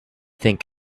think